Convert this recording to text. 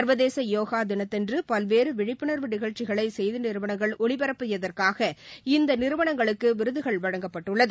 சர்வதேச யோகா தினத்தன்று பல்வேறு விழிப்புணர்வு நிகழ்ச்சிகளை செய்தி நிறுவனங்கள் ஒலிபரப்பியதற்காக இந்த நிறுவனங்களுக்கு விருதுகள் வழங்கப்பட்டுள்ளது